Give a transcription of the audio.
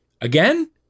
Again